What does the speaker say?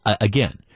again